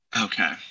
Okay